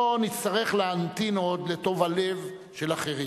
לא נצטרך להמתין עוד לטוב הלב של אחרים.